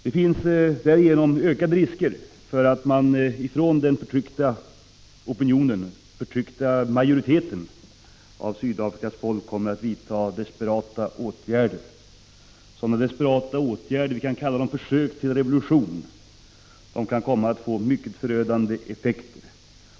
Det finns därigenom ökande risker för att den förtryckta majoriteten av Sydafrikas folk kommer att vidta desperata åtgärder. Sådana desperata åtgärder — kanske i form av ett försök till revolution — kan komma att få mycket förödande effekter.